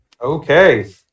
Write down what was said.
Okay